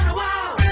wow